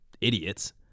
idiots